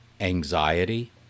Anxiety